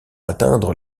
atteindre